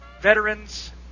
veterans